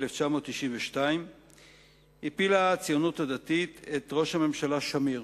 ב-1992 הפילה הציונות הדתית את ראש הממשלה שמיר